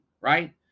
right